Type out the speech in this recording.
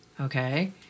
okay